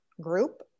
group